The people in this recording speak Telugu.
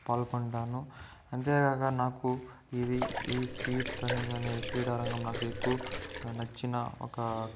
పాల్గుంటాను అంతేకాక నాకు ఇది ఈ స్పీడ్ రన్నింగ్ అనే క్రీడారంగం నాకు ఎక్కువ నచ్చిన ఒక